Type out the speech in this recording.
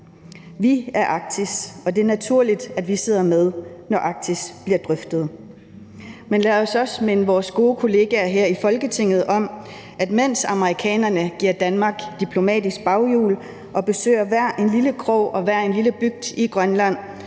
Vi er Arktis, og det er naturligt, at vi sidder med ved bordet, når Arktis bliver drøftet. Men lad os også minde vores gode kolleger her i Folketinget om, at mens amerikanerne giver Danmark diplomatisk baghjul og besøger hver en lille krog og hver en lille bygd i Grønland,